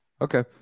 Okay